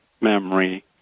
memory